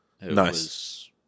nice